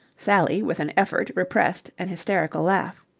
sally with an effort repressed an hysterical laugh.